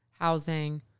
housing